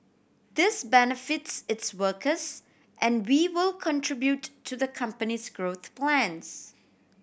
this benefits its workers and vivo contribute to the company's growth plans